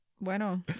Bueno